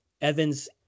Evans